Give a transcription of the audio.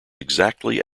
exactly